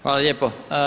Hvala lijepo.